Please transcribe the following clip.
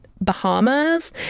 bahamas